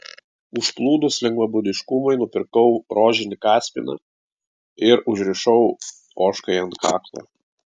užplūdus lengvabūdiškumui nupirkau rožinį kaspiną ir užrišau ožkai ant kaklo